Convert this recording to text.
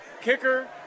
Kicker